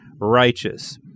righteous